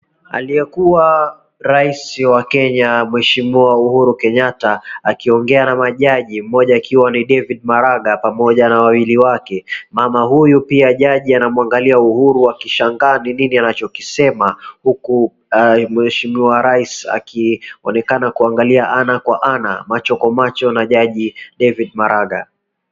Aliyekuwa raisi wa Kenya mweshimiwa Uhuru Kenyatta akiongea na majugde mmoja akiwa ni David Maraga pamoja na wawili wake. Mama huyu pia judge anamwangalia Uhuru akishangaa nini anachokisema huku mweshimiwa raisi akionekana kuangalia ana kwa ana, macho kwa macho na judge David Maraga.